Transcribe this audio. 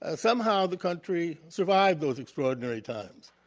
ah somehow the country survived those extraordinary times.